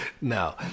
no